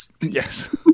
Yes